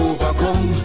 Overcome